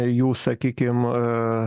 jų sakykim